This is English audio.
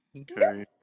Okay